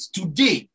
Today